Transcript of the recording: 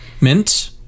Mint